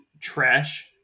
trash